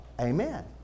Amen